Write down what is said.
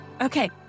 Okay